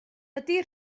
ydy